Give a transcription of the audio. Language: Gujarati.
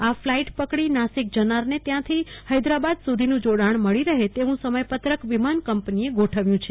આ ફ્લાઈટ પકડી નાસિક જનારને ત્યાંથી હેદરાબાદ સુધીનું જોડાણ મળી રહે તેવું સમયપત્રક વિમાન કંપનીએ ગોઠવ્યું છે